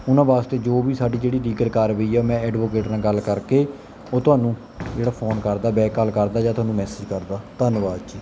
ਉਹਨਾਂ ਵਾਸਤੇ ਜੋ ਵੀ ਸਾਡੀ ਜਿਹੜੀ ਲੀਗਰ ਕਾਰਵਾਈ ਹੈ ਮੈਂ ਐਡਵੋਕੇਟ ਨਾਲ ਗੱਲ ਕਰਕੇ ਉਹ ਤੁਹਾਨੂੰ ਜਿਹੜਾ ਫੋਨ ਕਰਦਾ ਬੈਕ ਕਾਲ ਕਰਦਾ ਜਾਂ ਤੁਹਾਨੂੰ ਮੈਸੇਜ ਕਰਦਾ ਧੰਨਵਾਦ ਜੀ